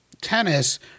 tennis